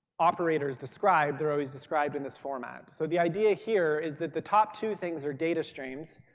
operators described, they're always described in this format. so the idea here is that the top two things are data streams,